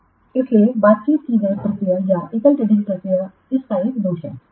इसलिए बातचीत की गई प्रक्रिया या एकल टेंडरिंग प्रक्रिया इस का एक दोष है